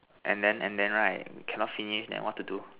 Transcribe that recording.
and then and then right cannot finish then what to do